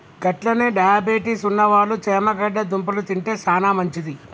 గట్లనే డయాబెటిస్ ఉన్నవాళ్ళు చేమగడ్డ దుంపలు తింటే సానా మంచిది